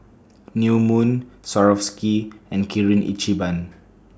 New Moon Swarovski and Kirin Ichiban